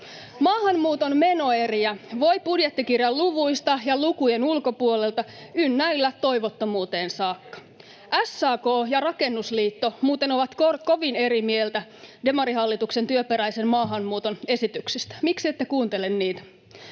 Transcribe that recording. Maahanmuuton menoeriä voi budjettikirjan luvuista ja lukujen ulkopuolelta ynnäillä toivottomuuteen saakka. SAK ja Rakennusliitto muuten ovat kovin eri mieltä demarihallituksen työperäisen maahanmuuton esityksistä. Miksi ette kuuntele niitä?